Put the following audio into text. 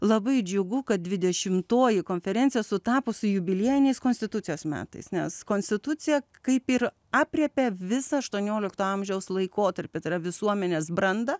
labai džiugu kad dvidešimtoji konferencija sutapo su jubiliejiniais konstitucijos metais nes konstitucija kaip ir aprėpė visą aštuoniolikto amžiaus laikotarpį tai yra visuomenės brandą